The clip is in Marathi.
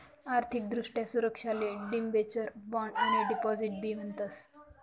आर्थिक दृष्ट्या सुरक्षाले डिबेंचर, बॉण्ड आणि डिपॉझिट बी म्हणतस